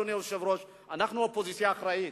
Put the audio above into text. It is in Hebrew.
אדוני היושב-ראש: אנחנו אופוזיציה אחראית,